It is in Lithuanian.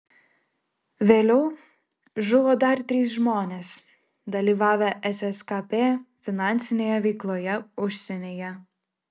vėliau žuvo dar trys žmonės dalyvavę sskp finansinėje veikloje užsienyje